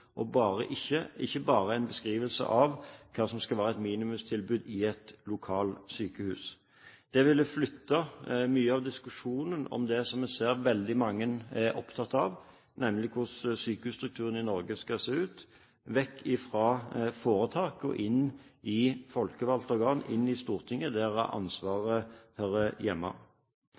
ikke bare en beskrivelse av hva som skal være et minimumstilbud i et lokalsykehus. Det ville flyttet mye av diskusjonen om det vi ser veldig mange er opptatt av, nemlig hvordan sykehusstrukturen i Norge skal se ut: bort fra foretak og inn i folkevalgte organ, inn i Stortinget, der ansvaret hører hjemme.